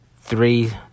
three